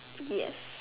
yes